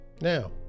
Now